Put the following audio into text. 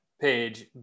page